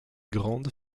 grandes